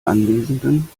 anwesenden